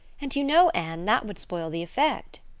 and you know, anne, that would spoil the effect.